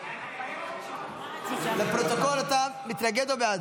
אתה מתנגד או בעד?